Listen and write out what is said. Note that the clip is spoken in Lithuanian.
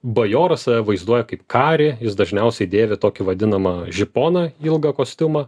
bajoras save vaizduoja kaip karį jis dažniausiai dėvi tokį vadinamą žiponą ilgą kostiumą